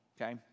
Okay